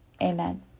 Amen